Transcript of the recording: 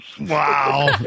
Wow